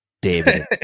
david